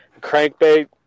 crankbait